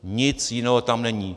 Nic jiného tam není.